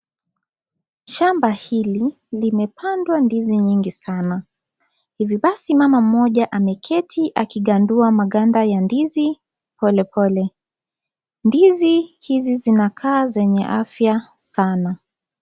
Shamba hili limepandwa ndizi nyingi sana. Hivi basi, mama mmoja ameketi akigandua maganda ya ndizi pole pole. Ndizi hizi, zinakaa zenye afya sana.